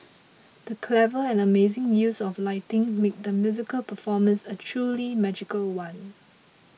the clever and amazing use of lighting made the musical performance a truly magical one